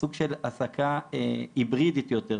סוג של העסקה היברידית יותר,